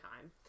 time